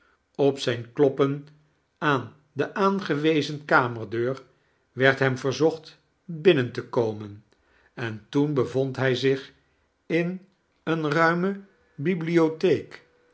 op zijn kloppen aan de aangewezen kamerdeur werd hem verzocht binnen te komen en toen bcatind hii zieli in een ruinic bibliokerstvertellingen